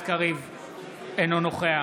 אינו נוכח